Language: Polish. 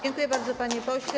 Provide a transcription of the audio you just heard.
Dziękuję bardzo, panie pośle.